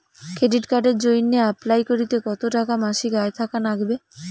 Credit কার্ডের জইন্যে apply করিতে কতো টাকা মাসিক আয় থাকা নাগবে?